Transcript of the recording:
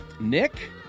nick